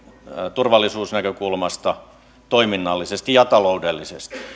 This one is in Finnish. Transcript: turvallisuusnäkökulmasta toiminnallisesti ja taloudellisesti